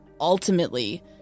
ultimately